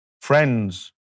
friends